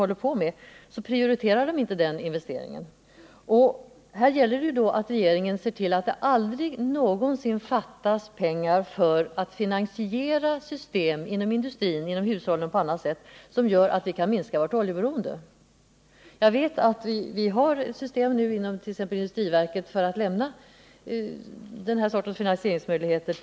Därför gör de inte prioriteringar av det här slaget. Här gäller det då för regeringen att se till att det aldrig någonsin fattas pengar för att finansiera system inom industrin, inom hushållen och på andra håll som gör att vårt oljeberoende kan minskas. Jag vet att det finns system inom t.ex. industriverket för att bl.a. ge industrin den här sortens finansieringsmöjligheter.